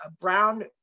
brown